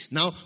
Now